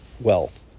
wealth